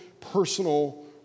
personal